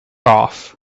off